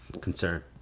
concern